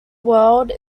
world